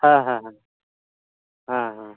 ᱦᱮᱸ ᱦᱮᱸ ᱦᱮᱸ ᱦᱮᱸ ᱦᱮᱸ